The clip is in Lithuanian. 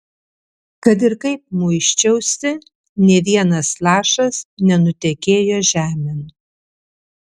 kad ir kaip muisčiausi nė vienas lašas nenutekėjo žemėn